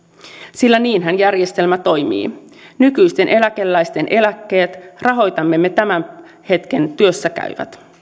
sillä niinhän järjestelmä toimii nykyisten eläkeläisten eläkkeet rahoitamme me tämän hetken työssäkäyvät